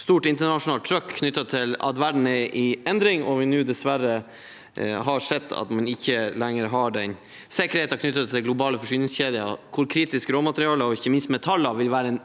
stort internasjonalt trykk knyttet til at verden er i endring. Og vi har nå dessverre sett at man ikke lenger har den samme sikkerheten knyttet til globale forsyningskjeder, hvor kritiske råmaterialer og ikke minst metaller vil være en